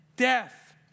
death